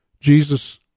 Jesus